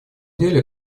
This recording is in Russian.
деле